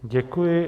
Děkuji.